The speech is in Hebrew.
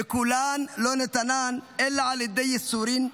וכולן לא נתנן אלא על ידי ייסורים,